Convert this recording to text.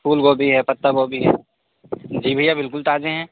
फूल गोभी है पत्ता गोभी है जी भैया बिल्कुल ताज़े हैं